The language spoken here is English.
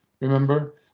Remember